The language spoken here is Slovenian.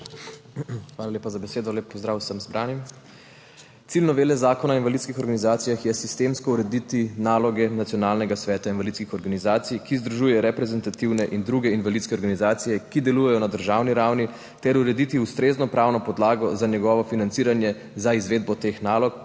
Hvala lepa za besedo. Lep pozdrav vsem zbranim! Cilj novele Zakona o invalidskih organizacijah je sistemsko urediti naloge Nacionalnega sveta invalidskih organizacij, ki združuje reprezentativne in druge invalidske organizacije, ki delujejo na državni ravni, ter urediti ustrezno pravno podlago za njegovo financiranje za izvedbo teh nalog,